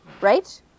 right